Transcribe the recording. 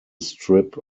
strip